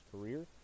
career